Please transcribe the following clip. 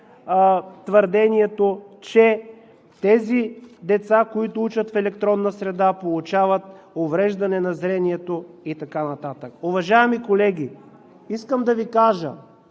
твърдението, че тези деца, които учат в електрона среда, получават увреждане на зрението и така нататък. Уважаеми колеги, искам да Ви кажа,